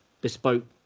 bespoke